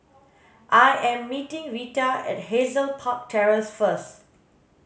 I am meeting Reta at Hazel Park Terrace first